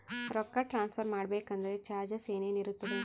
ರೊಕ್ಕ ಟ್ರಾನ್ಸ್ಫರ್ ಮಾಡಬೇಕೆಂದರೆ ಚಾರ್ಜಸ್ ಏನೇನಿರುತ್ತದೆ?